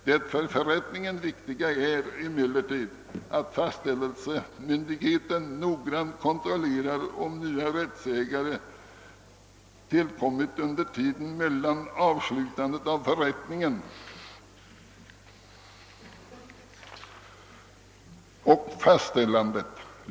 Det för förrättningen viktiga är emellertid att fastställelsemyndigheten noggrant kontrollerar om nya rättsägare tillkommit under tiden mellan avslutandet av förrättningen och fastställandet.